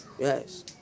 Yes